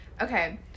okay